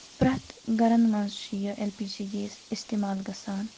پرٮ۪تھ گَرَن مَنٛز چھُ یہِ ایل پی جی گیس استعمال گَژھان